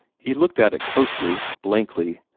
he looked at it closely, blankly,